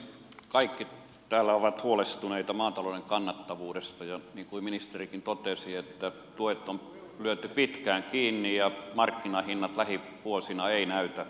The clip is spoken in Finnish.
kaikki täällä ovat huolestuneita maatalouden kannattavuudesta ja niin kuin ministerikin totesi tuet on lyöty pitkään kiinni ja markkinahinnat lähivuosina eivät näytä nousun merkkejä